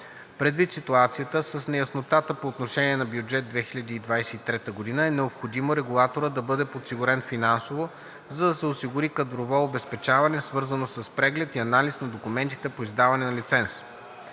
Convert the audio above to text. Предвид ситуацията с неяснотата по отношение на бюджет 2023 г. е необходимо регулаторът да бъде подсигурен финансово, за да се осигури кадрово обезпечаване, свързано с преглед и анализ на документите по издаване на лиценз.